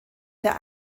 der